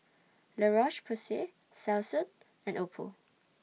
La Roche Porsay Selsun and Oppo